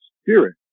spirit